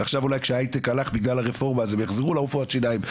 ועכשיו אולי כשההייטק הלך בגלל הרפורמה אז הם יחזרו לרפואת שיניים,